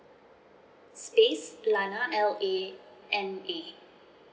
space lana L A N A